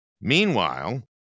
Meanwhile